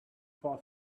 for